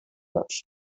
dos